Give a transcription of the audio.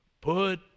put